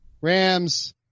Rams